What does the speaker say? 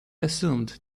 assumed